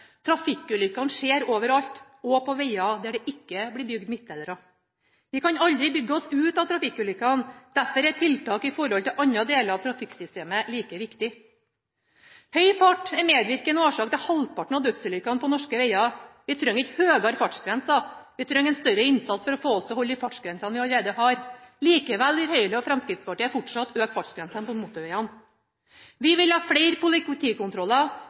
Trafikkulykkene skjer overalt – også på veger der det ikke blir bygd midtdelere. Vi kan aldri bygge oss ut av trafikkulykkene. Derfor er tiltak i forhold til andre deler av trafikksystemet like viktig. Høy fart er en medvirkende årsak til halvparten av dødsulykkene på norske veger. Vi trenger ikke høyere fartsgrenser; vi trenger en større innsats for å få oss til å holde de fartsgrensene vi allerede har. Likevel vil Høyre og Fremskrittspartiet fortsatt øke fartsgrensene på motorvegene. Vi vil ha flere